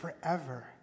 forever